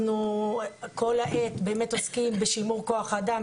אנחנו כל העת עוסקים בשימור כוח האדם,